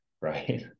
right